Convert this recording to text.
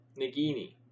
Nagini